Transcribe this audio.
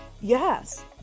yes